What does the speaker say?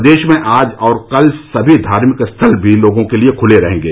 प्रदेश में आज और कल सभी धार्मिक स्थल भी लोगों के लिए खुले रहेंगे